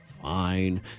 fine